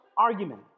argument